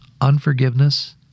Unforgiveness